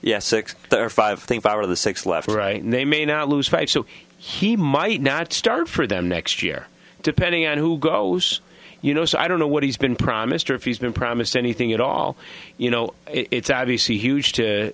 they're five think power of the six left and they may not lose five so he might not start for them next year depending on who goes you know so i don't know what he's been promised or if he's been promised anything at all you know it's obviously